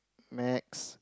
maths